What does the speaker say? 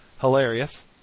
hilarious